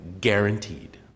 guaranteed